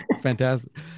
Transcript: Fantastic